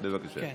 בבקשה.